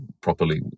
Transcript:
properly